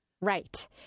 Right